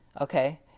Okay